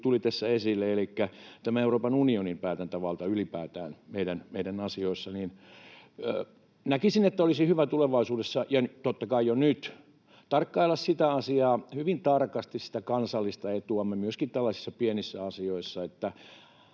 tuli tässä esille, elikkä tähän Euroopan unionin päätäntävaltaan ylipäätään meidän asioissa. Näkisin, että olisi hyvä tulevaisuudessa — ja totta kai jo nyt — tarkkailla sitä asiaa hyvin tarkasti, sitä kansallista etuamme, myöskin tällaisissa pienissä asioissa,